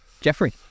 jeffrey